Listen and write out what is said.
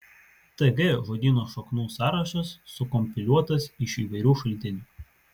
tg žodyno šaknų sąrašas sukompiliuotas iš įvairių šaltinių